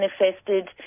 manifested